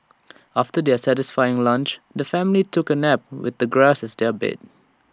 after their satisfying lunch the family took A nap with the grass as their bed